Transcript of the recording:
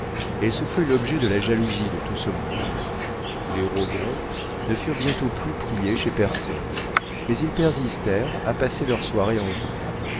elle se crut l'objet de la jalousie de tout ce monde les rogron ne furent bientôt plus priés chez personne mais ils persistèrent à passer leurs soirées en ville